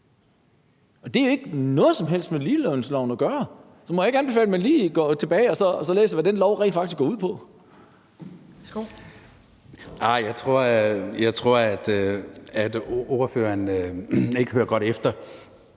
og det har jo ikke noget som helst med ligelønsloven at gøre. Så må jeg ikke anbefale, at man lige går tilbage og så læser, hvad den lov rent faktisk går ud på. Kl. 15:35 Anden næstformand (Pia